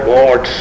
Lord